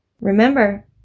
Remember